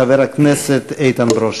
חבר הכנסת איתן ברושי.